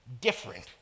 different